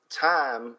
time